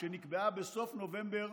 שנקבעה בסוף נובמבר